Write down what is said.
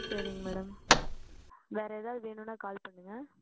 சரிங்க மேடம் வேறே ஏதாவது வேணும்னால் கால் பண்ணுங்க